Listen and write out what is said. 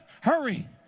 Hurry